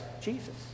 Jesus